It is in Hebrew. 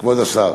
כבוד השר,